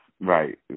Right